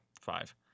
Five